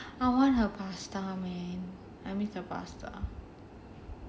ya I want her pasta man I miss her pasta